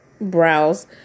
brows